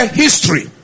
history